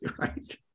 Right